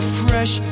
fresh